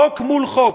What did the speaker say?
חוק מול חוק.